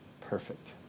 perfect